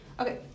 Okay